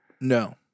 No